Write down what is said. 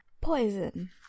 Poison